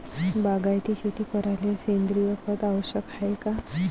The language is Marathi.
बागायती शेती करायले सेंद्रिय खत आवश्यक हाये का?